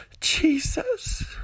Jesus